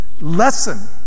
lesson